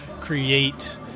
create